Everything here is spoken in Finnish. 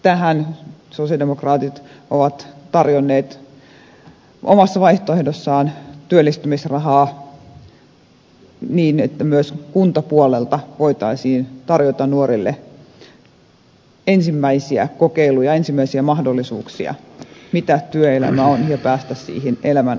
tähän sosialidemokraatit ovat tarjonneet omassa vaihtoehdossaan työllistymisrahaa niin että myös kuntapuolelta voitaisiin tarjota nuorille ensimmäisiä kokeiluja ensimmäisiä mahdollisuuksia mitä työelämä on ja päästä siihen elämän alkuun